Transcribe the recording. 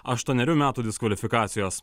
aštuonerių metų diskvalifikacijos